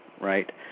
right